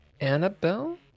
Annabelle